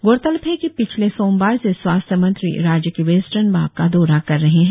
गौरतलब है कि पिछले सोमबार से स्वास्थ्य मंत्री राज्य के वेस्टर्न भाग का दौरा कर रहे है